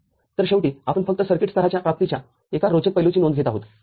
तर शेवटीआम्ही फक्त सर्किट स्तराच्या प्राप्तीच्या एका रोचक पैलूची नोंद घेत आहोत